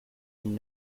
and